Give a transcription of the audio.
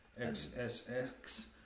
XSX